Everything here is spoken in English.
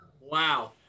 Wow